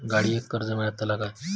गाडयेक कर्ज मेलतला काय?